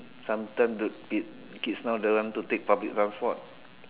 sometime the kid kids now don't want to take public transport